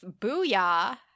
Booyah